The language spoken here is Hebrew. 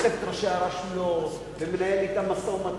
וחושף את אנשי הרשויות ומנהל אתם משא-ומתן.